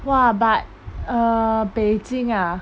!wah! but uh beijing ah